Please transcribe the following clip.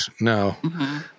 No